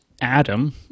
Adam